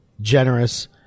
generous